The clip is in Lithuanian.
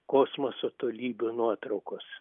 kosmoso tolybių nuotraukos